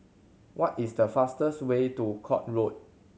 what is the fastest way to Court Road